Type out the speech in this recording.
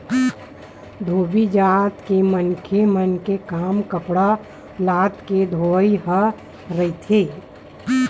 धोबी जात के मनखे मन के काम कपड़ा लत्ता के धोवई ह रहिथे